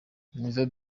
never